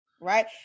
Right